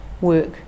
work